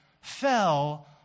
fell